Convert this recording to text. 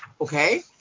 Okay